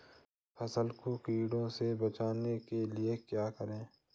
फसल को कीड़ों से बचाने के लिए क्या करें?